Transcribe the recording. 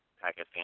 Pakistan